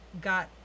got